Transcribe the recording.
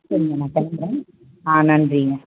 சரிங்கம்மா கிளம்புறேன் ஆ நன்றிங்க